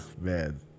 man